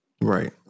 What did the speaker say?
Right